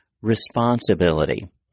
responsibility